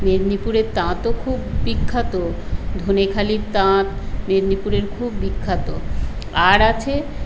মেদিনীপুরের তাঁতও খুব বিখ্যাত ধনেখালির তাঁত মেদিনীপুরের খুব বিখ্যাত আর আছে